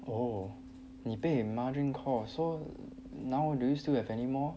!wow! 你被 margin call so now do you still have anymore